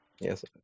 yes